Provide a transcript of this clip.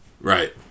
right